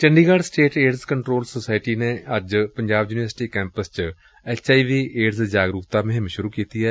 Chandigarh state AIDS control society ਨੇ ਅੱਜ Punjab university campus ਚ ਐਚ ਆਈ ਵੀਏਡਜ਼ ਜਾਗਰੂਕਤਾ ਮੁਹਿੰਮ ਸ੍ਹਰੂ ਕੀਡੀ ਏ